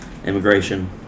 Immigration